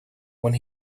when